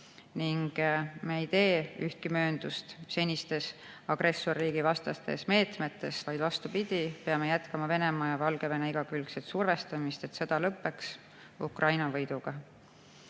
Me ei tee ühtegi mööndust senistes agressorriigivastastes meetmetes, vaid vastupidi, peame jätkama Venemaa ja Valgevene igakülgset survestamist, et sõda lõpeks Ukraina võiduga.